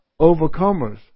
overcomers